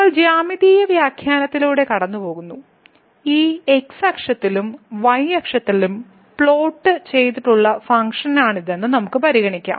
നമ്മൾ ജ്യാമിതീയ വ്യാഖ്യാനത്തിലൂടെ കടന്നുപോകുന്നു ഈ x അക്ഷത്തിലും y അക്ഷത്തിലും പ്ലോട്ട് ചെയ്തിട്ടുള്ള ഫങ്ക്ഷനാണിതെന്ന് നമുക്ക് പരിഗണിക്കാം